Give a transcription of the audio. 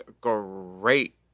great